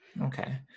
Okay